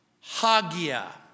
Hagia